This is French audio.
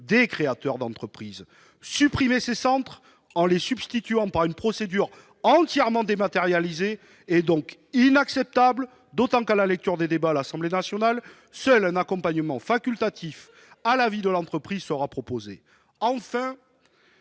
des créateurs d'entreprise. Les supprimer en les substituant par une procédure entièrement dématérialisée est donc inacceptable, et ce d'autant que, à la suite de l'examen du texte à l'Assemblée nationale, seul un accompagnement facultatif à la vie de l'entreprise est proposé. À